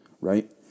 right